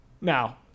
now